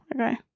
okay